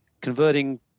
converting